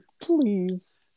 please